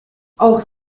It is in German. auch